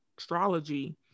astrology